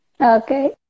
okay